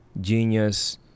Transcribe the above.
genius